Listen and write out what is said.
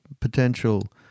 potential